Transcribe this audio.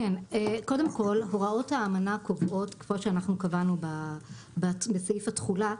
קודם כל הוראות האמנה קובעות כמו שאנחנו קבענו בסעיף התחולה,